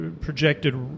projected